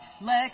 let